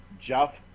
Jeff